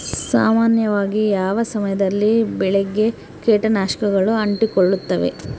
ಸಾಮಾನ್ಯವಾಗಿ ಯಾವ ಸಮಯದಲ್ಲಿ ಬೆಳೆಗೆ ಕೇಟನಾಶಕಗಳು ಅಂಟಿಕೊಳ್ಳುತ್ತವೆ?